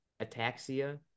ataxia